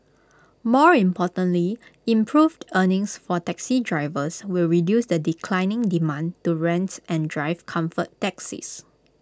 more importantly improved earnings for taxi drivers will reduce the declining demand to rents and drive comfort taxis